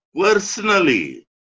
personally